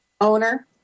owner